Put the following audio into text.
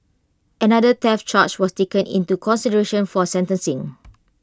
another theft charge was taken into consideration for sentencing